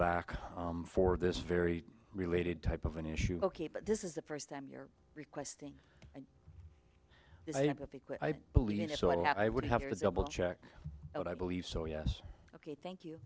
back for this very related type of an issue ok but this is the first time you're requesting i believe so and i would have to double check what i believe so yes ok thank you